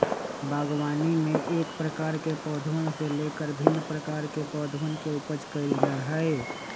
बागवानी में एक प्रकार के पौधवन से लेकर भिन्न प्रकार के पौधवन के उपज कइल जा हई